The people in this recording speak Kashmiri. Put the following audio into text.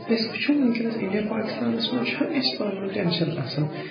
أسۍ وُچھو وُنکٮ۪نس اِنٛڈیا پاکِستانس منٛز چھُ ہمشیہِ پانٕوٲنۍ ٹٮ۪نٛشن آسان